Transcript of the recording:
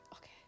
Okay